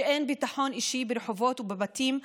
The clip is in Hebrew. שאין ביטחון אישי ברחובות ובבתים,